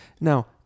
Now